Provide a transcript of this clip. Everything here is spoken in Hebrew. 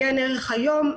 עיין ערך היום,